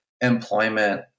employment